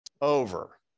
over